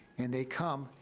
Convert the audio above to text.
and they come,